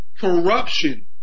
corruption